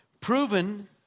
Proven